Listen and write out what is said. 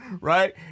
right